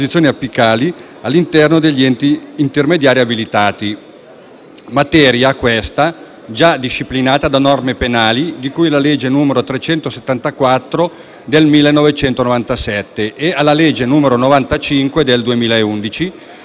posizioni apicali all'interno degli enti intermediari abilitati; materia, questa, già disciplinata da norme penali tra cui la legge n. 374 del 1997 e la legge n. 95 del 2011,